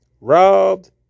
robbed